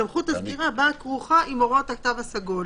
סמכות הסגירה באה כרוכה עם הוראות התו הסגול.